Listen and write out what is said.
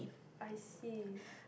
I see